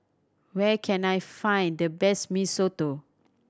where can I find the best Mee Soto